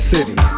City